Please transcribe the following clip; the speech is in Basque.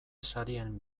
sarien